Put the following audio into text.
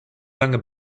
lange